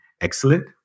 excellent